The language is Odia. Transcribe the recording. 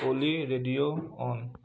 Oli radio on